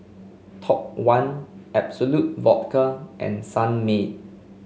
Top One Absolut Vodka and Sunmaid